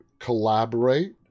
collaborate